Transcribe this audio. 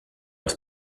els